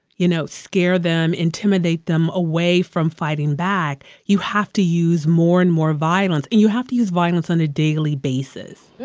you know, scare them, intimidate them away from fighting back, you have to use more and more violence, and you have to use violence on a daily basis.